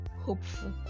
hopeful